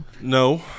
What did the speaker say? No